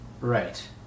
Right